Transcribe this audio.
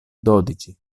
dodici